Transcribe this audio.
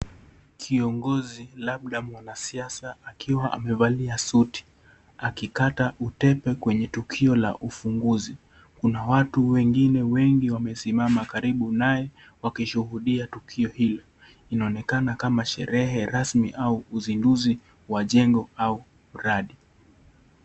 Kiongozi labda mwanasiasa akiwa amevalia suti akikata utepe kwenye tukio la ufunguzi. Kuna watu wengine wengi wamesimama karibu naye, wakishuhudia tukio hilo. Inaonekana kama sherehe rasmi au usinduzi wa jengo au miradi.